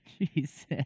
Jesus